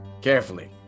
carefully